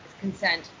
consent